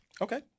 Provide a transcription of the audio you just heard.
Okay